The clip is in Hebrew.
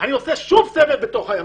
אני עורך סבב נוסף בימ"חים,